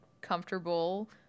comfortable